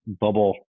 bubble